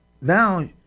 Now